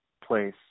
place